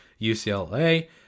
UCLA